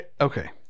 Okay